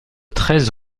treize